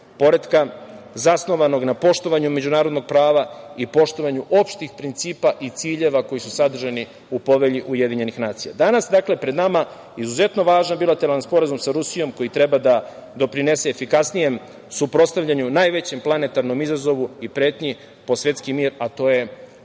poretka zasnovanog na poštovanju međunarodnog prava i poštovanju opštih principa i ciljeva koji su sadržani u Povelji UN.Danas je pred nama izuzetno važan bilateralan Sporazum sa Rusijom, koji treba da doprinese efikasnijem suprotstavljanju najvećem planetarnom izazovu i pretnji po svetski mir, a to je